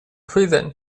prison